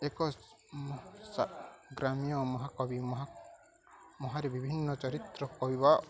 ଏକ ଗ୍ରାମୀୟ ମହାକବି ମହା ମହାରେ ବିଭିନ୍ନ ଚରିତ୍ର